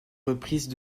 reprises